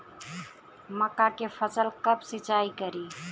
मका के फ़सल कब सिंचाई करी?